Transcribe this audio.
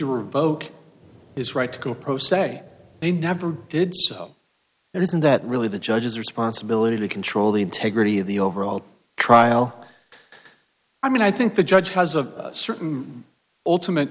to revoke his right to go pro se they never did so and isn't that really the judge's responsibility to control the integrity of the overall trial i mean i think the judge has a certain ultimate